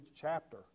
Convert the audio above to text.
chapter